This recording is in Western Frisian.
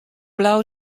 bleau